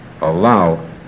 Allow